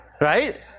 Right